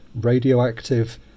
radioactive